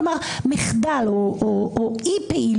כלומר, מחדל או אי-פעילות.